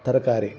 ತರಕಾರಿ